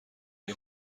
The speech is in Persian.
های